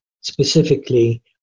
specifically